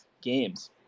games